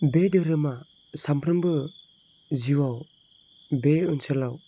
बे धोरोमा सानफ्रोमबो जिउआव बे ओनसोलाव